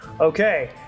Okay